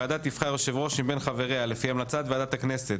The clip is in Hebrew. ועדה תבחר יושב ראש מבין חבריה לפי המלצת ועדת הכנסת.